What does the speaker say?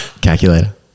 Calculator